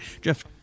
Jeff